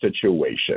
situation